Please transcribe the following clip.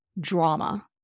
drama